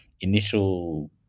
initial